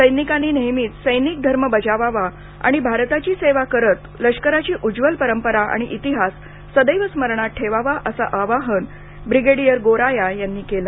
सैनिकांनी नेहमीच सैनिक धर्म बजावावा आणि भारताची सेवा करत लष्कराची उज्ज्वल परंपरा आणि इतिहास सदैव स्मरणात ठेवावा असं आवाहन ब्रिगेडियर गोराया यांनी केलं